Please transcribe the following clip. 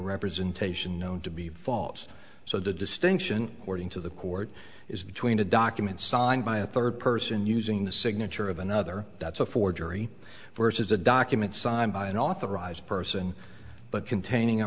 representation known to be false so the distinction wording to the court is between a document signed by a third person using the signature of another that's a forgery versus a document signed by an authorized person but containing